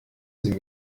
sie